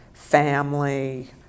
family